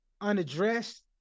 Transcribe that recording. unaddressed